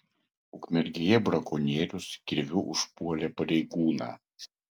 ukmergėje brakonierius kirviu užpuolė pareigūną